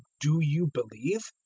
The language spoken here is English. do you believe?